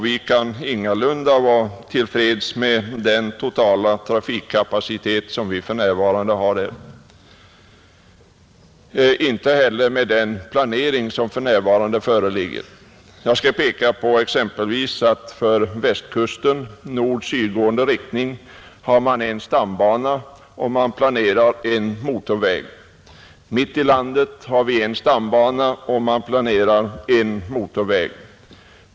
Vi kan ingalunda vara till freds med den totala trafikkapacitet som vi för närvarande har där och inte heller med den planering som nu föreligger. Jag skall peka på exempelvis att i nord—sydgående riktning har man för Västkusten en stambana och planerar en motorväg. Mitt i landet finns det en stambana och man planerar en motorväg.